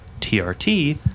TRT